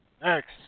next